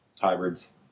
hybrids